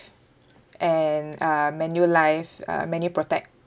and uh manulife uh manuprotect